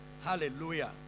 hallelujah